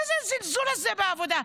מה זה הזלזול הזה בעבודה?